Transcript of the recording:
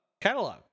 catalog